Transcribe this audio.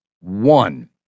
One